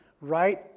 right